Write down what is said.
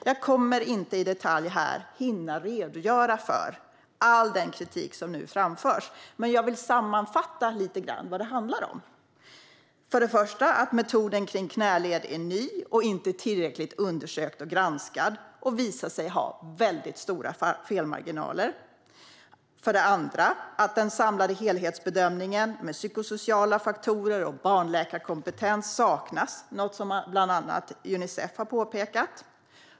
Jag kommer inte att hinna redogöra i detalj för all den kritik som framförts, men jag vill sammanfatta lite grann vad det handlar om. För det första är metoden med knäleder ny och inte tillräckligt undersökt och granskad. Den har också visat sig ha väldigt stora felmarginaler. För det andra saknas en samlad helhetsbedömning innefattande psykosociala faktorer och barnläkarkompetens, något som bland annat Unicef har påpekat.